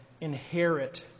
inherit